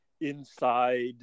inside